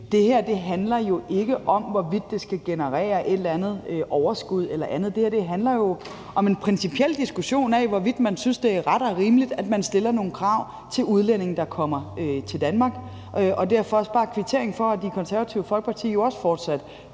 ikke handler om, hvorvidt det skal generere et eller andet overskud eller andet. Det her handler jo om en principiel diskussion om, hvorvidt man synes, det er ret og rimeligt, at man stiller nogle krav til udlændinge, der kommer til Danmark. Derfor vil jeg også bare gerne kvittere for, at Det Konservative Folkeparti jo også forsat